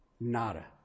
nada